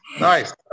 nice